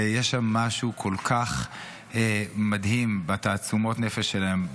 ויש שם משהו כל כך מדהים בתעצומות הנפש שלהם,